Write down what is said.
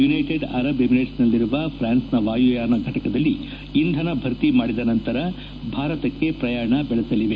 United Arab ಎಮಿರೇಟ್ಸನಲ್ಲಿರುವ ಫ್ರಾನ್ಸ್ನ ವಾಯುಯಾನ ಫಟಕದಲ್ಲಿ ಇಂಧನ ಭರ್ತಿ ಮಾಡಿದ ನಂತರ ಭಾರತಕೆ ಪ್ರಯಾಣ ಬೆಳೆಸಲಿದೆ